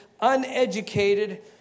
uneducated